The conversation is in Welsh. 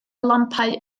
lampau